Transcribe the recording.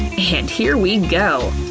and here we go!